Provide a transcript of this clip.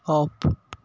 off